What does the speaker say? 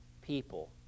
people